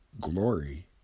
glory